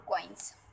coins